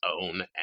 own